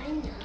aini aini